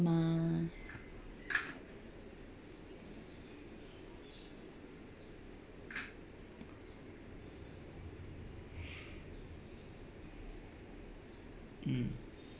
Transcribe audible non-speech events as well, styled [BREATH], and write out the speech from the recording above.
mah [NOISE] [BREATH] mm